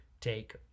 take